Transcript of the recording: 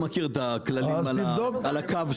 יש תיאום על כמות העופות